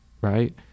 right